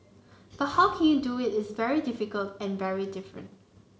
but how you can do it is very difficult and very different